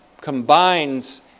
combines